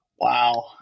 Wow